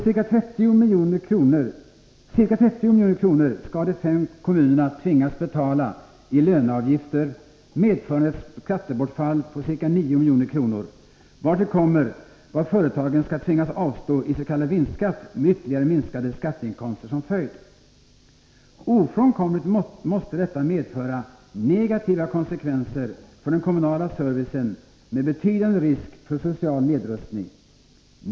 Ca 30 milj.kr. skall de fem kommunerna tvingas betala i löneavgifter, medförande ett skattebortfall på ca 9 milj.kr., vartill kommer vad företagen skall tvingas avstå i s.k. vinstskatt med ytterligare minskade skatteinkomster som följd. Ofrånkomligt måste detta medföra negativa konsekvenser för den kommunala servicen med betydande risk för social nedrustning.